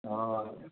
हां